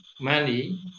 money